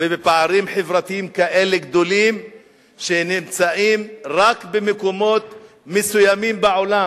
ובפערים חברתיים כאלה גדולים שנמצאים רק במקומות מסוימים בעולם.